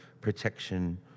protection